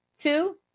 Two